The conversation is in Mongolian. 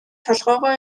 толгойгоо